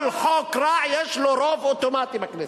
כל חוק רע, יש לו רוב אוטומטי בכנסת.